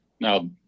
Now